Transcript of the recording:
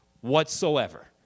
whatsoever